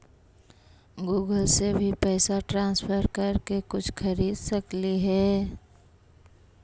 Google से भी पैसा ट्रांसफर कर के कुछ खरिद सकलिऐ हे?